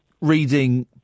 reading